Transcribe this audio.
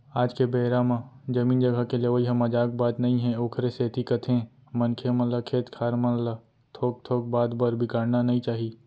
आज के बेरा म जमीन जघा के लेवई ह मजाक बात नई हे ओखरे सेती कथें मनखे मन ल खेत खार मन ल थोक थोक बात बर बिगाड़ना नइ चाही